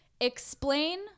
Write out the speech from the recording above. explain